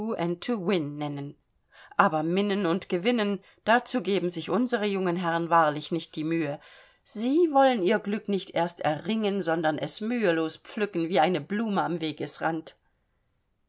nennen aber minnen und gewinnen dazu geben sich unsere jungen herren wahrlich nicht die mühe sie wollen ihr glück nicht erst erringen sondern es mühelos pflücken wie eine blume am wegesrand